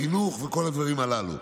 חינוך וכל הדברים הללו.